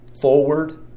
forward